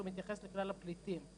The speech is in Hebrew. שהוא מתייחס לכלל הפליטים.